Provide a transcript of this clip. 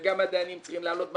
וגם הדיינים צריכים לעלות במעלית.